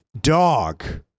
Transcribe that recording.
Dog